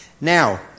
Now